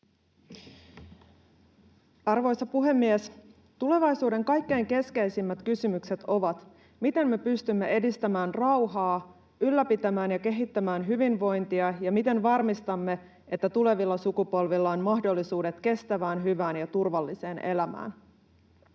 Arvoisa puhemies! Tulevaisuuden kaikkein keskeisimmät kysymykset ovat, miten me pystymme edistämään rauhaa, ylläpitämään ja kehittämään hyvinvointia ja miten varmistamme, että tulevilla sukupolvilla on mahdollisuudet kestävään, hyvään ja turvalliseen elämään.